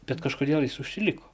bet kažkodėl jis užsiliko